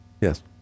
yes